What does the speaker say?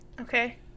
okay